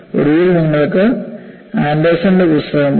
ഒടുവിൽ നിങ്ങൾക്ക് ആൻഡേഴ്സന്റെ പുസ്തകം ഉണ്ട്